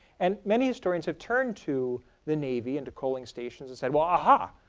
and many historians have turned to the navy and to coaling stations said well. aha!